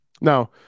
Now